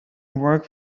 work